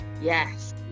yes